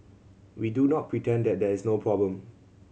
we do not pretend that there is no problem